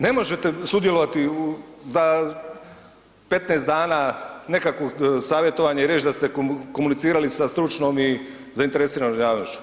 Ne možete sudjelovati sa 15 dana nekakvog savjetovanja i reći da ste komunicirali sa stručnom i zainteresiranom javnošću.